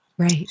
Right